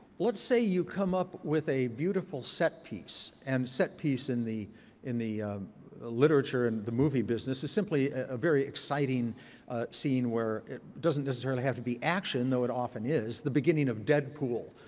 let's say you come up with a beautiful set piece, and set piece in the in the literature and the movie business is simply a very exciting scene where it doesn't necessarily have to be action, though it often is. the beginning of deadpool,